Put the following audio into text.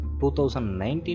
2019